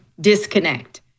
disconnect